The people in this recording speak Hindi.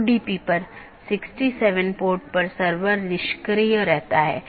और EBGP में OSPF इस्तेमाल होता हैजबकि IBGP के लिए OSPF और RIP इस्तेमाल होते हैं